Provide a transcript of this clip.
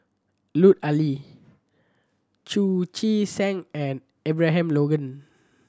Lut Ali Chu Chee Seng and Abraham Logan